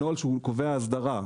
נוהל שהוא קובע אסדרה,